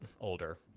Older